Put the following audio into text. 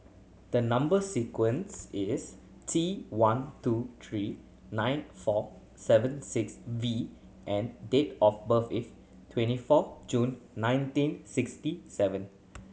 the number sequence is T one two three nine four seven six V and date of birth is twenty four June nineteen sixty seven